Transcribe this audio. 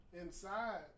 inside